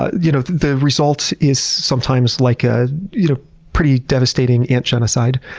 ah you know the result is sometimes like a you know pretty devastating ant genocide.